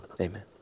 Amen